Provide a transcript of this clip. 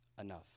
enough